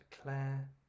Claire